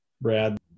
Brad